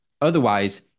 Otherwise